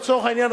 לצורך העניין,